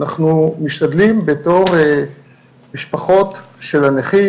אנחנו משתדלים בתור המשפחות של הנכים,